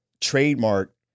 trademark